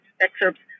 excerpts